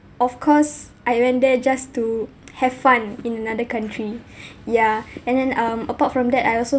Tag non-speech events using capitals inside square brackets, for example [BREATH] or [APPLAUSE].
of course I went there just to have fun in another country [BREATH] ya and then um apart from that I also